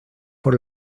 por